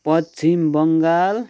Paschim Bengal